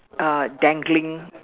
uh dangling